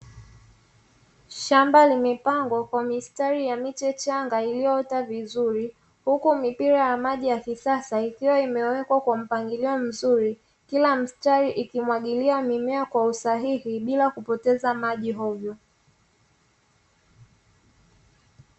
Shamba limepangwa kwa mistari ya miche changa iliyoota vizuri, huku mipira ya maji ya kisasa ikiwa imewekwa kwa mpangilio mzuri, kila mstari ikimwagilia mimea kwa usahihi bila kupoteza maji hovyo.